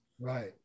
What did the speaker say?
Right